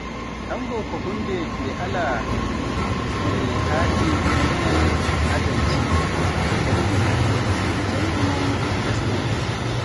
Tango ko huunde nde alaa ɗo haaɗi e pinal Arjantiin, e jimɗi mum e jimɗi mum teskinɗi.